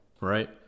Right